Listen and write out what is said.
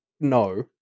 No